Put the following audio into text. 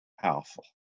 powerful